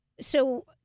so-